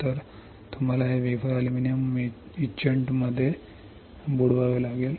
तर तुम्हाला हे वेफर अॅल्युमिनियम इचेंटमध्ये बुडवावे लागेल